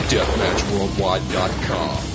Deathmatchworldwide.com